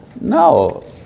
No